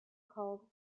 called